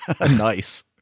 Nice